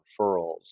referrals